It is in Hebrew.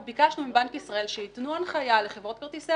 אנחנו ביקשנו מבנק ישראל שייתנו הנחיה לחברות כרטיסי